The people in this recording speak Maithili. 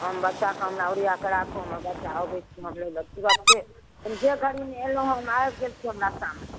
हम बच्चाके हमरा ओरिआके राखू हम अबै छी लैलए तुरन्ते हम जे घड़ी नहि अएलहुँ हेँ हम आबि गेल छी हम रस्तामे छी